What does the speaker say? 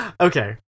Okay